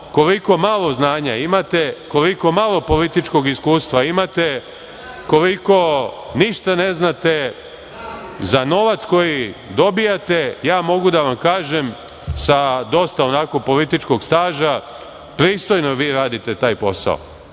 koliko malo znanja imate, koliko malo političkog iskustva imate, koliko ništa ne znate za novac koji dobijate, ja mogu da vam kažem sa dosta političkog staža, pristojno vi radite taj posao.